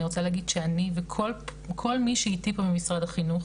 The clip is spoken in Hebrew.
אני רוצה להגיד וכל מי שפה איתי ממשרד החינוך